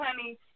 honey